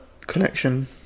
Collection